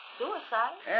suicide